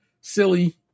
silly